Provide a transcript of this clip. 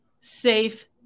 safe